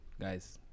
Guys